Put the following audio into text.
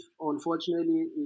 unfortunately